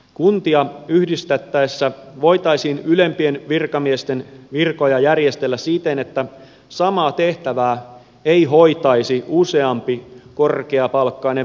kuntia yhdistettäessä voitaisiin ylempien virkamiesten virkoja järjestellä siten että samaa tehtävää ei hoitaisi useampi korkeapalkkainen viskaali